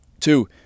two